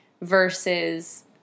versus